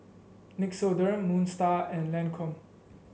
Nixoderm Moon Star and Lancome